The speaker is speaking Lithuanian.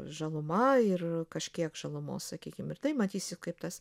žaluma ir kažkiek žalumos sakykim ir tai matysiu kaip tas